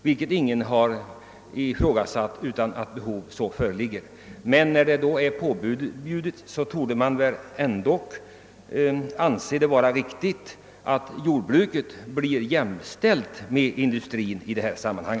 förbättras — ingen har ifrågasatt att ett sådant behov i och för sig föreligger. Det torde väl ändå vara riktigt att då jämställa jordbruket med industrin i detta sammanhang.